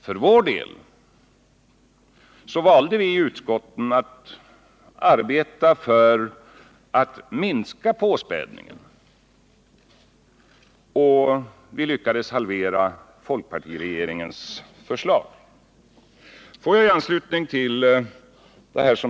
För vår del valde vi att i utskotten arbeta för att minska påspädningen, och vi lyckades också halvera det av folkpartiregeringen föreslagna beloppet.